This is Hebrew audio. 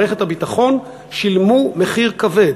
האנשים שהובילו את מערכת הביטחון שילמו מחיר כבד,